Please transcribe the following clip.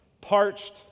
parched